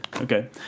Okay